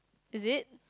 is it